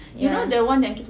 yeah